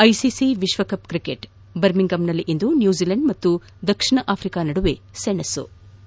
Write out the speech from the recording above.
ICC ವಿಶ್ಲಕಪ್ cricket ಬರ್ಮಿಂಗಮ್ನಲ್ಲಿಂದು New Zealand ಮತ್ತು ದಕ್ಷಿಣ ಆಫ್ರಿಕಾ ನದುವೆ ಹಣಾಹಣಿ